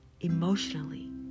emotionally